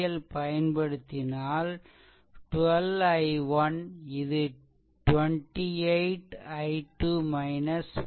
KVL பயன்படுத்தினால் 12 I1 இது 28 I2 40 0